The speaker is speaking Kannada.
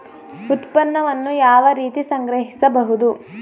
ಉತ್ಪನ್ನವನ್ನು ಯಾವ ರೀತಿ ಸಂಗ್ರಹಿಸಬಹುದು?